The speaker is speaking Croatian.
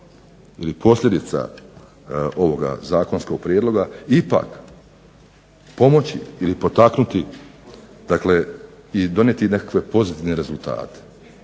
ili posljedica ovog zakonskog prijedloga ipak pomoći i potaknuti i donijeti nekakve pozitivne rezultate.